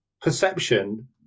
perception